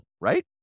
right